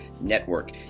Network